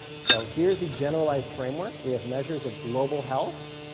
so here's the generalized framework. we have measures of global health,